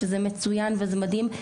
שזה מצוין וזה מדהים,